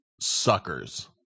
Suckers